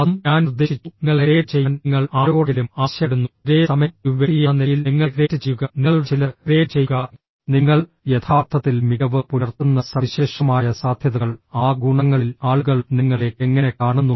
അതും ഞാൻ നിർദ്ദേശിച്ചു നിങ്ങളെ റേറ്റ് ചെയ്യാൻ നിങ്ങൾ ആരോടെങ്കിലും ആവശ്യപ്പെടുന്നു ഒരേ സമയം ഒരു വ്യക്തിയെന്ന നിലയിൽ നിങ്ങളെ റേറ്റ് ചെയ്യുക നിങ്ങളുടെ ചിലത് റേറ്റ് ചെയ്യുക നിങ്ങൾ യഥാർത്ഥത്തിൽ മികവ് പുലർത്തുന്ന സവിശേഷമായ സാധ്യതകൾ ആ ഗുണങ്ങളിൽ ആളുകൾ നിങ്ങളെ എങ്ങനെ കാണുന്നു